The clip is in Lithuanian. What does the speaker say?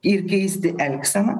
ir keisti elgseną